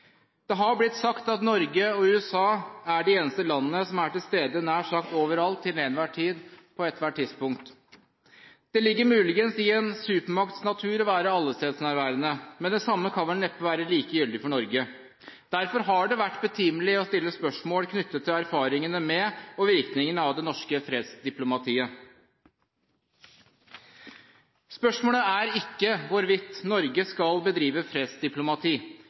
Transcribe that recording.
Det har blitt sagt at Norge og USA er de eneste landene som er til stede nær sagt overalt til enhver tid, på ethvert tidspunkt. Det ligger muligens i en supermakts natur å være allestedsnærværende. Men det samme kan vel neppe være like gyldig for Norge. Derfor har det vært betimelig å stille spørsmål knyttet til erfaringene med og virkningen av det norske fredsdiplomatiet. Spørsmålet er ikke hvorvidt Norge skal bedrive fredsdiplomati,